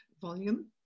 volume